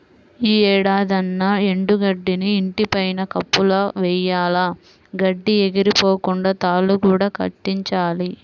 యీ ఏడాదన్నా ఎండు గడ్డిని ఇంటి పైన కప్పులా వెయ్యాల, గడ్డి ఎగిరిపోకుండా తాళ్ళు కూడా కట్టించాలి